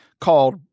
called